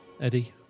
Eddie